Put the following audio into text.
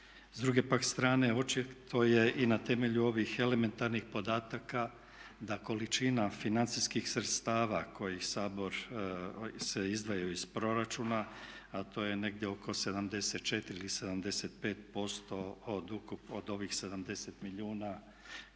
S druge pak strane očito je i na temelju ovih elementarnih podataka da količina financijskih sredstava koji se izdvajaju iz proračuna, a to je negdje oko 74 ili 75% od ovih 70 milijuna